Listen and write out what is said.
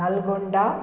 Nalgonda